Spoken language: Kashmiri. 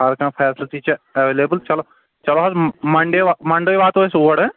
ہر کانٛہہ فیسلٹی چھِ ایویلیبٕل چلو چلو حظ منٛڈے واتو منٛڈے واتو أسۍ اور